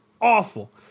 awful